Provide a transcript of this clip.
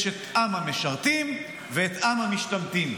יש את עם המשרתים ואת עם המשתמטים.